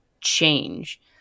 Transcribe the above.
change